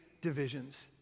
Divisions